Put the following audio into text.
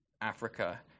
Africa